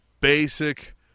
basic